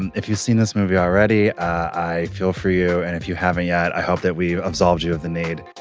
and if you've seen this movie already i feel for you. and if you haven't yet i hope that we absolves you of the need